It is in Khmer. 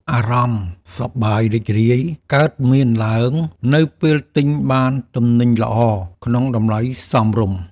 អារម្មណ៍សប្បាយរីករាយកើតមានឡើងនៅពេលទិញបានទំនិញល្អក្នុងតម្លៃសមរម្យ។